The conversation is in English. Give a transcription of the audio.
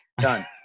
Done